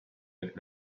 look